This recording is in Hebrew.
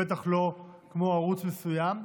בטח לא כמו ערוץ מסוים.